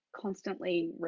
constantly